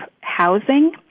housing